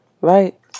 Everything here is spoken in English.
right